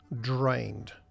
drained